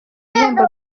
bihembo